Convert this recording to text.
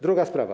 Druga sprawa.